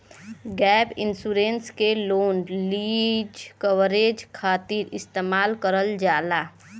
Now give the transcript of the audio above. gap insurance के loan lease coverage खातिर इस्तेमाल करल जाला